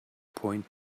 point